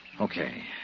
Okay